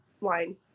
line